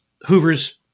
Hoover's